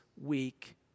week